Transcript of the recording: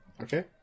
Okay